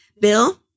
Bill